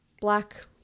black